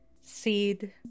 Seed